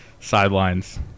sidelines